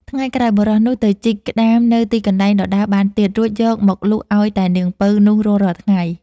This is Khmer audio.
ថ្ងៃក្រោយបុរសនោះទៅជីកក្ដាមនៅទីកន្លែងដដែលបានទៀត រួចយកមកលក់ឲ្យតែនាងពៅនោះរាល់ៗថ្ងៃ។